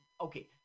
okay